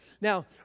Now